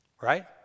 right